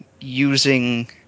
using